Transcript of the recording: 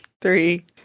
three